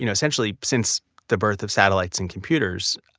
you know essentially since the birth of satellites and computers,